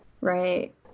right